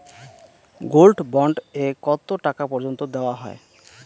Gold bond এ কতো টাকা পর্যন্ত দেওয়া হয়?